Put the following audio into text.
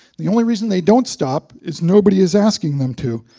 the only reason they don't stop is nobody is asking them to.